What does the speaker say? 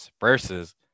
versus